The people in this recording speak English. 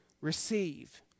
receive